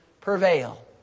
prevail